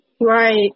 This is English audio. Right